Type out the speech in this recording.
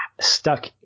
stuck